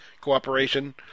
cooperation